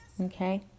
okay